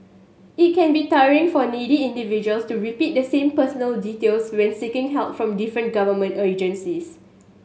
it can be tiring for needy individuals to repeat the same personal details when seeking help from different government agencies